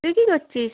তুই কী করছিস